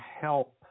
help